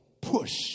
push